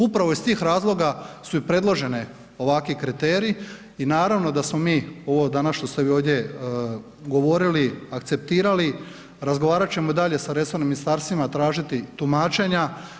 Upravo iz tih razloga su i predloženi ovakvi kriteriji i naravno da smo mi ovo danas što ste vi ovdje govorili, akceptirali, razgovarat ćemo i dalje s resornim ministarstvima, tražiti tumačenja.